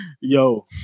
yo